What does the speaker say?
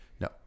No